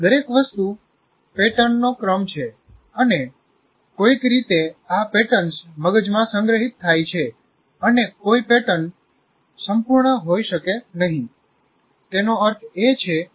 દરેક વસ્તુ પેટર્નનો ક્રમ છે અને કોઈક રીતે આ પેટર્ન્સ મગજમાં સંગ્રહિત થાય છે અને કોઈ પેટર્ન સંપૂર્ણ હોઈ શકે નહીં કોઈપણ માહિતી ભલે તે અવાજ હોય કે ચિત્ર અથવા કંઈપણ તે સંપૂર્ણ નથી